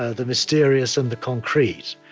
ah the mysterious and the concrete,